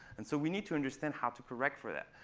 and so we need to understand how to correct for that.